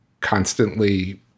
constantly